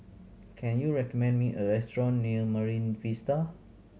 can you recommend me a restaurant near Marine Vista